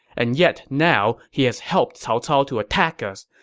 and yet now he has helped cao cao to attack us.